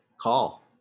call